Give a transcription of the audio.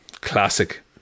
Classic